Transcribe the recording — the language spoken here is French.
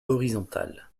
horizontale